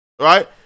right